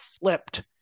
flipped